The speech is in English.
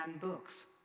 books